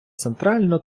центральну